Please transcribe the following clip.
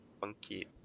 funky